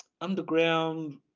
underground